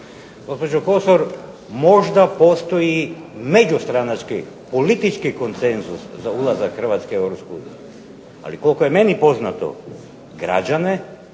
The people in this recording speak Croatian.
Gospođo Kosor možda postoji međustranački, politički konsenzus za ulazak Hrvatske u Europsku uniju. Ali koliko je meni poznato građane